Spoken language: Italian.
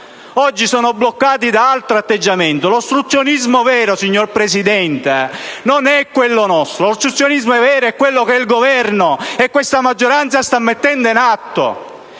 sono bloccate da altro atteggiamento. L'ostruzionismo vero, signor Presidente, non è il nostro, ma quello che il Governo e questa maggioranza stanno mettendo in atto: